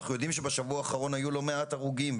אנחנו יודעים שבשבוע האחרון היו לא מעט הרוגים,